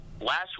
Last